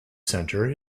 center